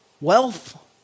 wealth